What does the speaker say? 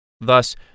Thus